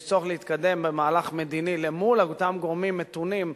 יש צורך להתקדם במהלך מדיני מול אותם גורמים מתונים,